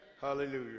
Hallelujah